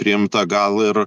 priimta gal ir